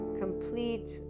complete